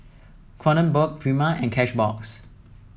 Kronenbourg Prima and Cashbox